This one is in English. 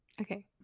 okay